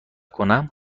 کنم